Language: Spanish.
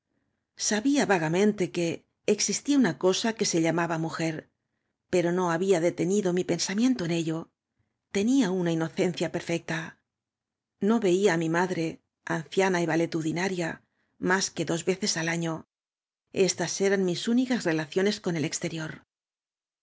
sabía vagataonte que existía una cosa que se llamaba mujer pero no había detenido mi ensa miento en ello tenía una inocencia perfecta no veía á m i madre aaclaaa y valetudiaaria más que dos veces al año estas eran mis únicas relaciones con el exterior